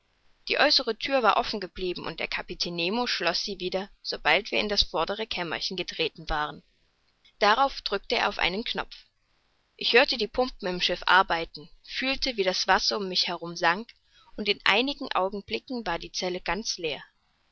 die äußere thür war offen geblieben und der kapitän nemo schloß sie wieder sobald wir in das vordere kämmerchen getreten waren darauf drückte er auf einen knopf ich hörte die pumpen im schiff arbeiten fühlte wie das wasser um mich herum sank und in einigen augenblicken war die zelle ganz leer